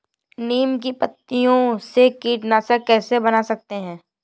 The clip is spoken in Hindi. नीम की पत्तियों से कीटनाशक कैसे बना सकते हैं?